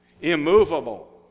immovable